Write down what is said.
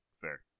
Fair